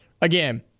again